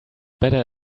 better